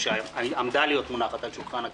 או שעמדה להיות מונחת על שולחן הכנסת,